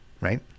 right